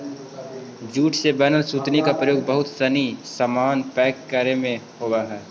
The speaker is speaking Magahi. जूट से बनल सुतरी के प्रयोग बहुत सनी सामान पैक करे में होवऽ हइ